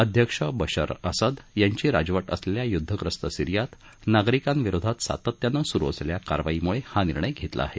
अध्यक्ष Bashar Assad यांची राजवट असलेल्या युद्धग्रस्त सीरियात नागरिकांविरोधात सातत्यानं सुरू असलेल्या कारवाईमुळे हा निर्णय घेतला आहे